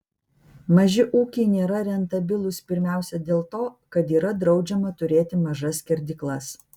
maži ūkiai nėra rentabilūs pirmiausia dėl to kad yra draudžiama turėti mažas skerdyklas